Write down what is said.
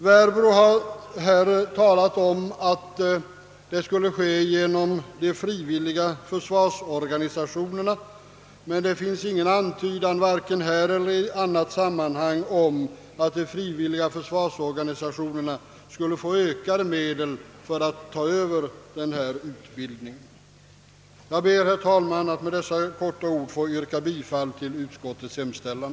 Herr Werbro har här talat om att de frivilliga försvarsorganisationerna skulle kunna svara för utbildningen, men det finns inte vare sig här eller i något annat sammanhang någon antydan om att de frivilliga försvarsorganisationerna skulle få ökade bidrag för att överta densamma. Herr talman! Med dessa få ord ber jag att få yrka bifall till utskottets hemställan.